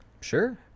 sure